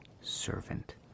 servant